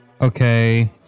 Okay